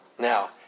Now